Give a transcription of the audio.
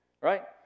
Right